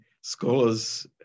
Scholars